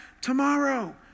tomorrow